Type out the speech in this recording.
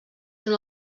són